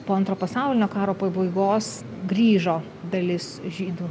po antro pasaulinio karo pabaigos grįžo dalis žydų